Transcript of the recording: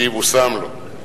שיבושם לו.